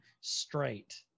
straight